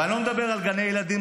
ואני לא מדבר על גני ילדים,